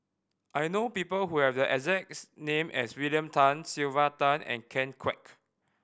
I know people who have the exact S name as William Tan Sylvia Tan and Ken Kwek